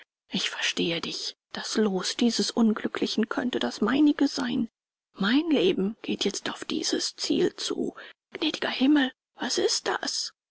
ich verstehe dich das los dieses unglücklichen könnte das meinige sein mein leben geht jetzt auf dieses ziel zu gnädiger himmel was ist das